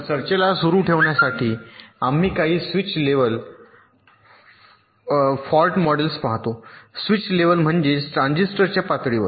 तर चर्चेला सुरू ठेवण्यासाठी आम्ही आज काही स्विच लेव्हल फॉल्ट मॉडेल्स पाहतो स्विच लेव्हल म्हणजे ट्रान्झिस्टरच्या पातळीवर